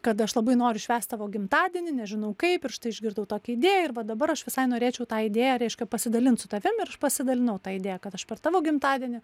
kad aš labai noriu švęst tavo gimtadienį nežinau kaip ir štai išgirdau tokią idėją ir va dabar aš visai norėčiau tą idėją reiškia pasidalint su tavim ir aš pasidalinau ta idėja kad aš per tavo gimtadienį